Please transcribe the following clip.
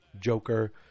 Joker